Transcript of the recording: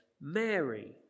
Mary